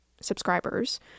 subscribers